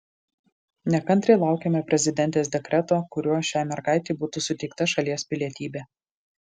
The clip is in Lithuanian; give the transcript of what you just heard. nekantriai laukiame prezidentės dekreto kuriuo šiai mergaitei būtų suteikta šalies pilietybė